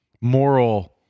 moral